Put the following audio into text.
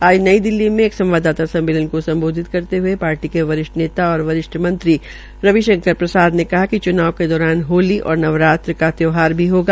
आज नई दिल्ली में एक संवाददाता सममेलन को सम्बोधित करते हये पार्टी के वरिष्ठ नेता और वरिष्ठ मंत्री रविशंकर प्रसाद ने कहा कि च्नाव के दौरान होली और नवरात्र का त्यौहार भी होगा